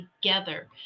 together